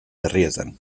herrietan